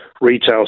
retail